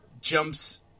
jumps